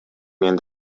мен